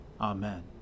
Amen